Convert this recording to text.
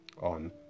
on